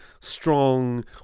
strong